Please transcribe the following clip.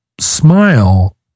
smile